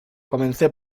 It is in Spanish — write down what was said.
comencé